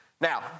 Now